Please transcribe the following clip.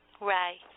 Right